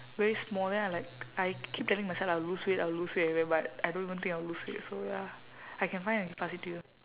very small then I like I keep telling myself I will lose weight I will lose weight everywhere but I don't even think I'll lose weight so ya I can find and pass it to you